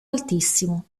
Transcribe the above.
altissimo